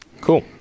cool